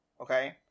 okay